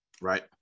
right